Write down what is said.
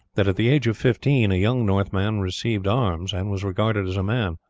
that at the age of fifteen a young northman received arms and was regarded as a man,